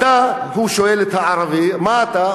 ואתה, הוא שואל את הערבי, מה אתה?